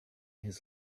his